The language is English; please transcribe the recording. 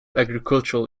agricultural